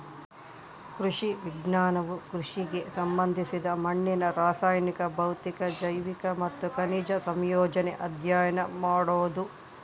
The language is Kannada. ಕೃಷಿ ವಿಜ್ಞಾನವು ಕೃಷಿಗೆ ಸಂಬಂಧಿಸಿದ ಮಣ್ಣಿನ ರಾಸಾಯನಿಕ ಭೌತಿಕ ಜೈವಿಕ ಮತ್ತು ಖನಿಜ ಸಂಯೋಜನೆ ಅಧ್ಯಯನ ಮಾಡೋದು